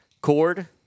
Cord